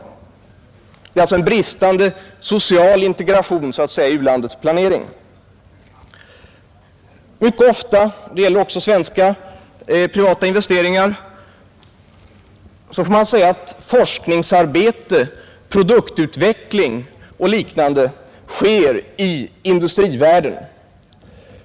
Det rör sig alltså om en bristande social integration i u-landets planering. Mycket ofta — det gäller även svenska privata investeringar — får man säga att forskningsarbete, produktutveckling och liknande sker i industrivärlden.